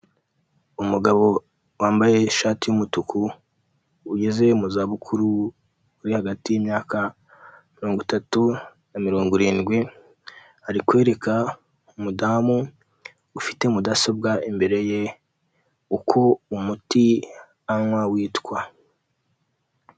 Umugabo wambaye ishati y'umutuku ugeze mu zabukuru, uri hagati y'imyaka mirongo itatu na mirongo irindwi, ari kwereka umudamu ufite mudasobwa imbere ye, uko umuti anywa witwa.